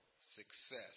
success